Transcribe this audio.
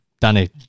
Danny